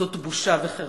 זאת בושה וחרפה.